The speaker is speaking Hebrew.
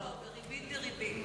לא, לא, בריבית דריבית.